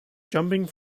jumping